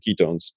ketones